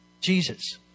Jesus